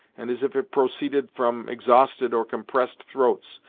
and as if it proceeded from exhausted or compressed throats,